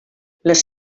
les